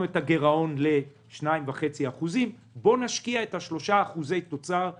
את הגירעון ל-2.5% נשקיע את 3% אחוזי התוצר האלה,